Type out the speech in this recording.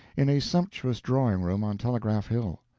in a sumptuous drawing-room on telegraph hill,